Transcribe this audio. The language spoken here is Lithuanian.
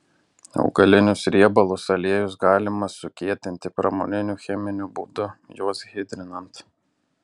augalinius riebalus aliejus galima sukietinti pramoniniu cheminiu būdu juos hidrinant